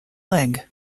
leg